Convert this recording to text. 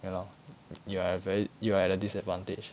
ya lor you are very you are at a disadvantage